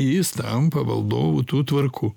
jis tampa valdovu tų tvarkų